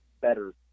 better